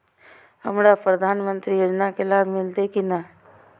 हमरा प्रधानमंत्री योजना के लाभ मिलते की ने?